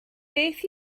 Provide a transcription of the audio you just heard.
beth